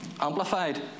Amplified